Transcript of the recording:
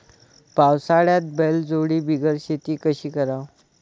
पावसाळ्यात बैलजोडी बिगर शेती कशी कराव?